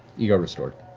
ego restored.